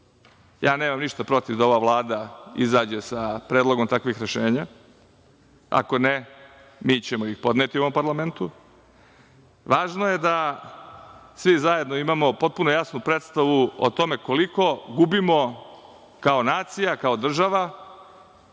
Nemam ništa protiv da ova Vlada izađe sa predlogom takvih rešenja, ako ne, mi ćemo ih podneti u ovom parlamentu. Važno je da svi zajedno imamo potpuno jasnu predstavu o tome koliko gubimo kao nacija, kao država,